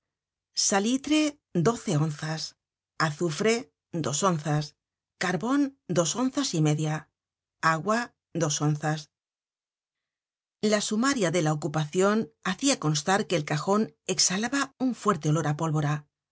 salitre j onzas azufre onzas carbon onzas y media agua onzas la sumaria de la ocupacion hacia constar que el cajon exhalaba un fuerte olor á pólvora